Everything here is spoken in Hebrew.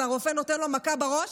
הרופא נותן לו מכה בראש,